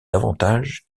davantage